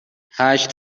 هشت